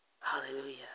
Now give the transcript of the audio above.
Hallelujah